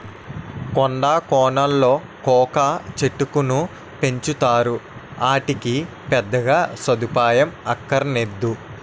కొండా కోనలలో కోకా చెట్టుకును పెంచుతారు, ఆటికి పెద్దగా సదుపాయం అక్కరనేదు